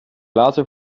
later